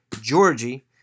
Georgie